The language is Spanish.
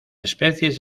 especies